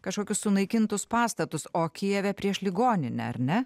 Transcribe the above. kažkokius sunaikintus pastatus o kijeve prieš ligoninę ar ne